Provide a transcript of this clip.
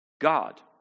God